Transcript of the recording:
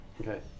okay